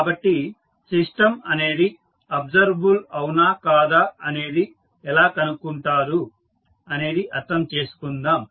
కాబట్టి సిస్టం అనేది అబ్సర్వబుల్ అవునా కాదా అనేది ఎలా కనుక్కుంటారు అనేది అర్థం చేసుకుందాం